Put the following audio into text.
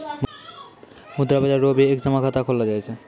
मुद्रा बाजार रो भी एक जमा खाता खोललो जाय छै